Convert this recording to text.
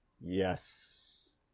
yes